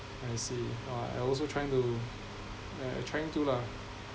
I see !wah! I also trying to ya I trying to lah